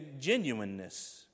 genuineness